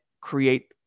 create